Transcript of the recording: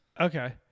okay